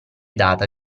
data